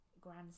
Grand